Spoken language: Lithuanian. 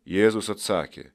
jėzus atsakė